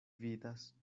vidas